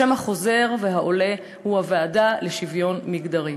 השם החוזר והעולה הוא "הוועדה לשוויון מגדרי".